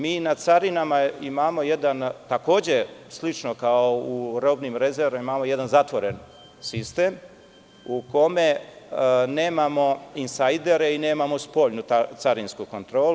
Mi na carinama imamo jedan, takođe slično kao u robnim rezervama, jedan zatvoren sistem u kome nemamo insajdere i nemamo spoljnu carinsku kontrolu.